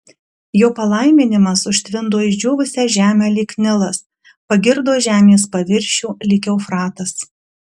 jo palaiminimas užtvindo išdžiūvusią žemę lyg nilas pagirdo žemės paviršių lyg eufratas